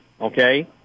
Okay